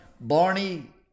Barney